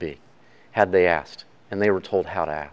be had they asked and they were told how to